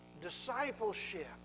discipleship